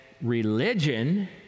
religion